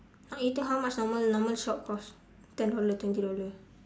so you think how much normal normal shop costs ten dollar twenty dollar